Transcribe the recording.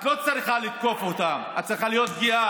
את לא צריכה לתקוף אותה, את צריכה להיות גאה.